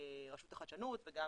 מרשות החדשנות וגם